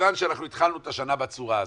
ומכיוון שאנחנו התחלנו את השנה בצורה הזאת,